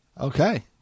Okay